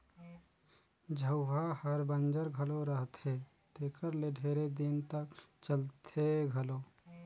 झउहा हर बंजर घलो रहथे तेकर ले ढेरे दिन तक चलथे घलो